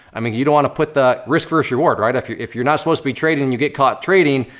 i mean, you don't wanna put the risk verses reward, right? if you're if you're not supposed to be trading and you get caught trading,